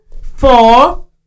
four